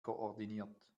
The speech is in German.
koordiniert